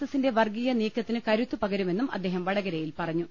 എസിന്റെ വർഗീയ നീക്കത്തിന് കരുത്തു പകരുമെന്നും അദ്ദേഹം വടകരയിൽ പറഞ്ഞു